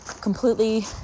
completely